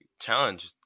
challenge